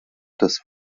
das